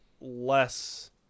less